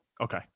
Okay